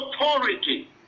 authority